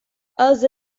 els